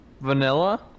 Vanilla